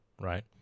right